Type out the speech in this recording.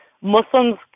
Muslims